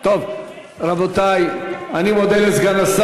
סליחה, אבל אני לא יעל גרמן.